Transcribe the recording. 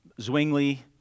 Zwingli